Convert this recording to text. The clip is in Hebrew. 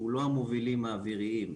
שהוא לא המובילים האוויריים.